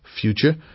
future